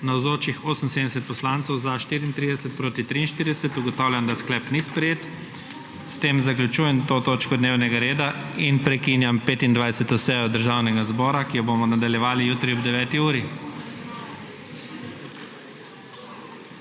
43. (Za je glasovalo 34.) (Proti 43.) Ugotavljam, da sklep ni sprejet. S tem zaključujem to točko dnevnega reda. Prekinjam 25. sejo Državnega zbora, ki jo bomo nadaljevali jutri ob 9.